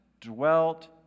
dwelt